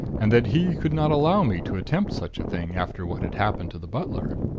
and that he could not allow me to attempt such a thing after what had happened to the butler.